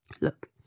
Look